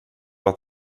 att